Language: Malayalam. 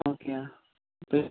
ഓക്കെ ആണ്